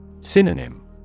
Synonym